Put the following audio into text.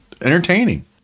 entertaining